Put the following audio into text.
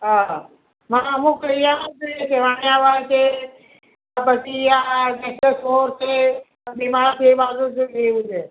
હા હા અમુક એરિયામાં જ જોઈએ છે વાણિયાવાડ છે પછી આ કેમ્પસ રોડ છે